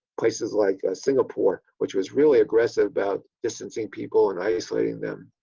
places like ah singapore which was really aggressive about distancing people and isolating them.